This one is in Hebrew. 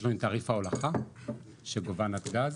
יש לנו את תעריף ההולכה שגובה נתג"ז,